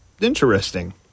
interesting